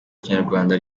kinyarwanda